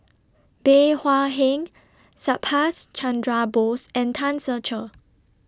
Bey Hua Heng Subhas Chandra Bose and Tan Ser Cher